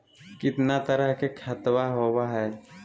कितना तरह के खातवा होव हई?